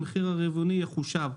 המחיר הרבעוני יחושב.